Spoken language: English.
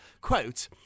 quote